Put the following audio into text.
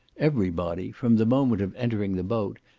every body, from the moment of entering the boat,